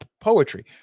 poetry